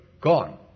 gone